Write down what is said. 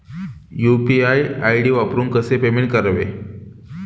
UPI ID वापरून कसे payment करावे?